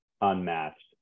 unmatched